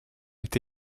est